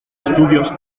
estudios